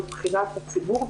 גם מבחינת הציבור,